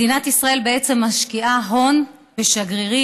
מדינת ישראל משקיעה הון בשגרירים,